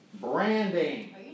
Branding